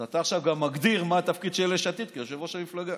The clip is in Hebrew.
אז אתה עכשיו גם מגדיר מה התפקיד של יש עתיד כיושב-ראש המפלגה: